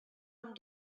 amb